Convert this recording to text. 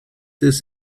des